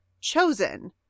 chosen